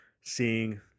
seeing